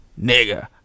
nigga